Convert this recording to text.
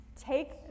take